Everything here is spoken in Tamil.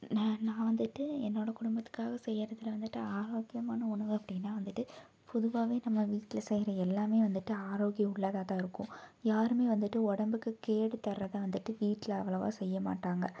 நான் நான் வந்துட்டு என்னோட குடும்பத்துக்காக செய்கிறதுல வந்துட்டு ஆரோக்கியமான உணவு அப்படின்னா வந்துட்டு பொதுவாகவே நம்ம வீட்டில் செய்கிற எல்லாமே வந்துட்டு ஆரோக்கியம் உள்ளதாக தான் இருக்கும் யாருமே வந்துட்டு உடம்புக்கு கேடு தர்றதாக வந்துட்டு வீட்டில் அவ்வளோவா செய்ய மாட்டாங்க